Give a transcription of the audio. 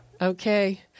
Okay